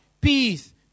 Peace